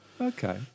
Okay